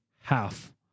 half